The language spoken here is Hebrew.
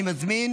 אני מזמין